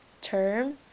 term